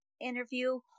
interview